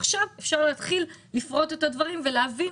עכשיו אפשר להתחיל לפרוט את הדברים ולהבין